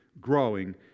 growing